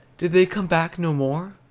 did they come back no more?